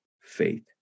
faith